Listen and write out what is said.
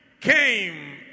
came